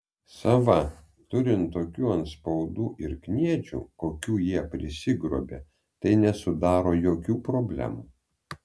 sava turint tokių antspaudų ir kniedžių kokių jie prisigrobė tai nesudaro jokių problemų